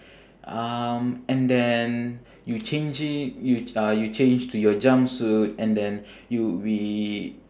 um and then you change i~ you ch~ uh you change to your jumpsuit and then you we